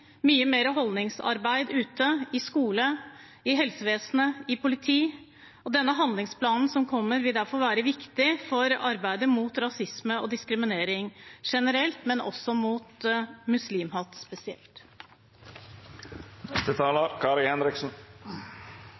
mye mer holdningsarbeid ute i skolen, i helsevesenet og i politiet. Denne handlingsplanen som kommer, vil derfor være viktig for arbeidet mot rasisme og diskriminering generelt, men også mot muslimhat